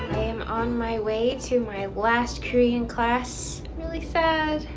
on my way to my last korean class, really sad,